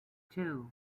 two